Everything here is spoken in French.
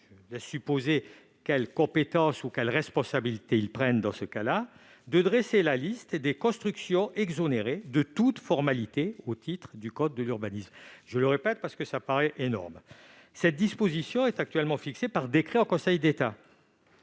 mission - quelle compétence ou quelle responsabilité ont-ils dans ce cas ?- de dresser la liste des constructions exonérées de toute formalité au titre du code de l'urbanisme. Je le répète, parce que cela paraît énorme. Cette disposition est actuellement fixée par décret en Conseil d'État.